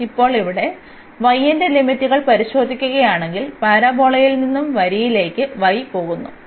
ഇപ്പോൾ ഇവിടെ y ന്റെ ലിമിറ്റുകൾ പരിശോധിക്കുകയാണെങ്കിൽ പരാബോളയിൽ നിന്ന് വരിയിലേക്ക് y പോകുന്നു